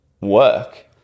work